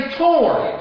torn